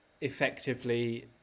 effectively